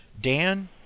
Dan